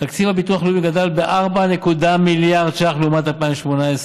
תקציב הביטוח הלאומי גדל בכ-4.1 מיליארד ש"ח לעומת 2018,